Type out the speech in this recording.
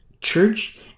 church